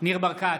ניר ברקת,